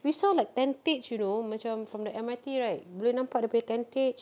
we saw like tentage you know macam from the M_R_T right boleh nampak dia punya tentage